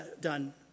done